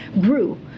grew